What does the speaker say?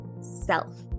self